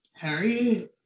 Harry